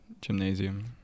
gymnasium